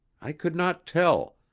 i could not tell,